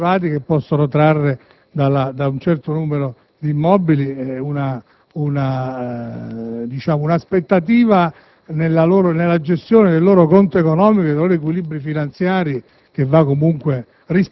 solo a soggetti privati che possono trarre da un certo numero di immobili un'aspettativa nella gestione del loro conto economico e dei loro equilibri finanziari